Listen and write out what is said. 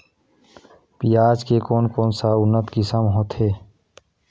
पियाज के कोन कोन सा उन्नत किसम होथे?